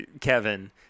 Kevin